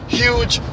huge